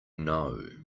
know